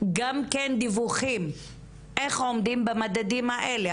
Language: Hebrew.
דיווחים איך עומדים במדדים האלה,